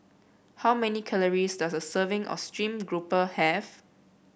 how many calories does a serving of stream grouper have